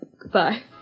Goodbye